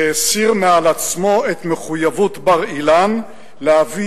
שהסיר מעל עצמו את מחויבות בר-אילן להביא